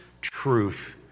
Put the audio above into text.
truth